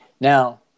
Now